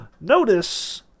Notice